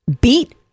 beat